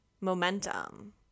momentum